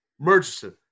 Murchison